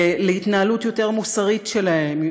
להתנהלות יותר מוסרית שלהם,